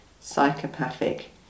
psychopathic